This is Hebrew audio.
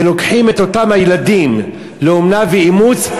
ולוקחים את אותם ילדים לאומנה ואימוץ,